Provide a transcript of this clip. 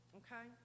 okay